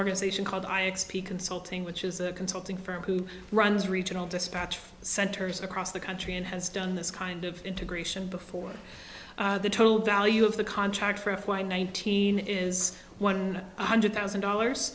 organization called i expect consulting which is a consulting firm who runs regional dispatch centers across the country and has done this kind of integration before the total value of the contract for a fly nineteen is one hundred thousand dollars